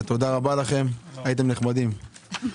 הייתם נחמדים,